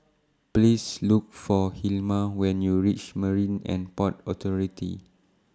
Please Look For Hilma when YOU REACH Marine and Port Authority